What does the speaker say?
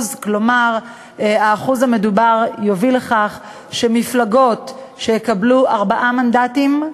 כלומר האחוז המדובר יוביל לכך שמפלגות שיקבלו ארבעה מנדטים,